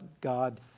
God